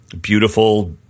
beautiful